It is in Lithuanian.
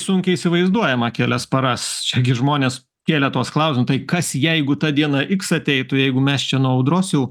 sunkiai įsivaizduojama kelias paras čiagi žmonės kėlė tuos klausimus tai kas jeigu ta diena iks ateitų jeigu mes čia nuo audros jau